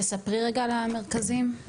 תספרי רגע על המרכזים.